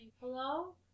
hello